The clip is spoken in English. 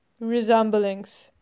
Resemblings